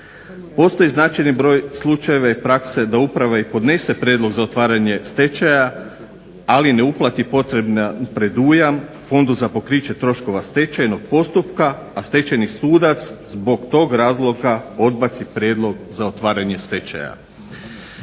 Postoji značajan broj slučajeva i prakse da uprava i podnese prijedlog za otvaranje stečaja ali ne uplati potreban predujam Fondu za pokriće troškova stečajnog postupka, a stečajni sudac zbog tog razloga odbaci prijedlog za otvaranje stečaja,